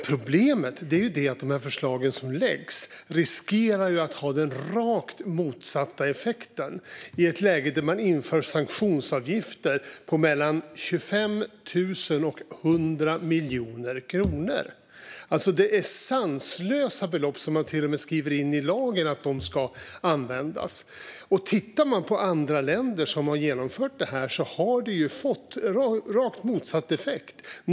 Problemet är att de förslag som läggs fram riskerar att ha den rakt motsatta effekten i ett läge där man inför sanktionsavgifter på mellan 25 000 och 100 miljoner kronor. Det är sanslösa belopp, som man till och med skriver in i lagen. Tittar vi på andra länder som har genomfört detta ser vi att det har fått rakt motsatt effekt.